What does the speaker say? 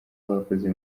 bakoze